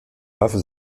waffe